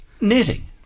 knitting